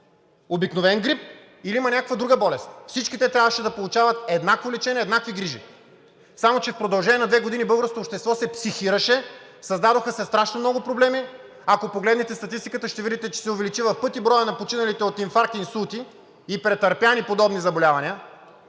обикновен грип или има някаква друга болест, всички те трябваше да получават еднакво лечение, еднакви грижи, само че в продължение на две години българското общество се психираше, създадоха се страшно много проблеми. Ако погледнете статистиката, ще видите, че се е увеличил в пъти броят на починалите от инфаркти и инсулти и претърпени подобни заболявания.